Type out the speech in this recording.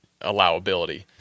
allowability